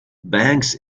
banks